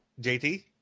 JT